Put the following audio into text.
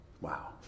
Wow